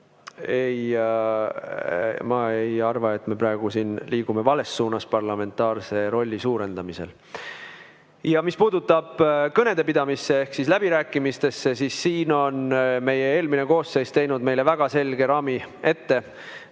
ma ei arva, et me praegu liigume siin vales suunas parlamentaarse rolli suurendamisel. Ja mis puudutab kõnede pidamist ehk läbirääkimisi, siis siin on meie eelmine koosseis teinud meile väga selge raami ette.